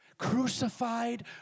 Crucified